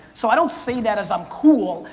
so i don't say that as i'm cool,